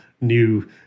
new